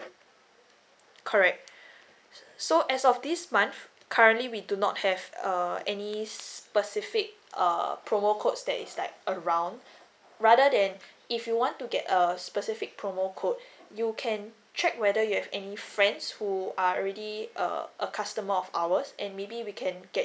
correct so as of this month currently we do not have err any specific uh promo codes that is like around rather than if you want to get a specific promo code you can check whether you have any friends who are really uh a customer of ours and maybe we can get